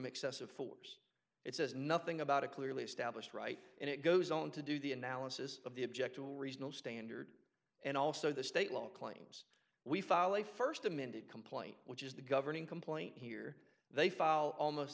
excessive force it says nothing about a clearly established right and it goes on to do the analysis of the object to a reasonable standard and also the state law claims we file a first amended complaint which is the governing complaint here they file almost